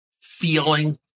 feeling